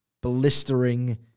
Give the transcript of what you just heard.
blistering